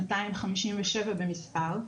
257 במספר,